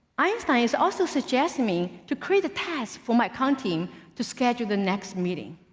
einstein is also suggesting me to create a task for my account team to schedule the next meeting.